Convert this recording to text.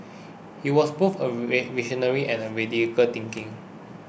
he was both a V visionary and a radical thinking